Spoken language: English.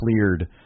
cleared